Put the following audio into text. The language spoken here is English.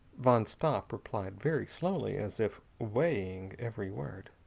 van stopp replied very slowly, as if weighing every word